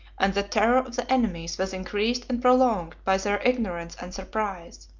and the terror of the enemies was increased and prolonged by their ignorance and surprise.